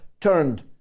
turned